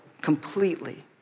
completely